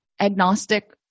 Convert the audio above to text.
agnostic